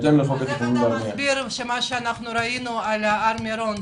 אז איך אתה מסביר את המצב בהר מירון?